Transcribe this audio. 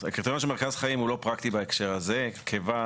שהקריטריון של מרכז חיים הוא לא פרקטי בהקשר הזה כיוון